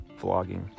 vlogging